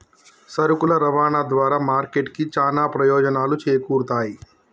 సరుకుల రవాణా ద్వారా మార్కెట్ కి చానా ప్రయోజనాలు చేకూరుతయ్